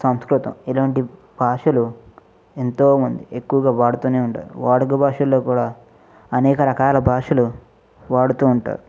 సంస్కృతం ఇలాంటి భాషలు ఎంతో మంది ఎక్కువగా వాడుతు ఉంటారు వాడుక భాషలలో కూడా అనేక రకాల భాషలు వాడుతు ఉంటారు